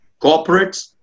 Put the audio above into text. corporates